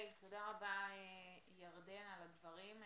תודה רבה, ירדן, על הדברים.